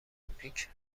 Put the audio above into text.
پیک